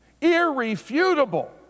irrefutable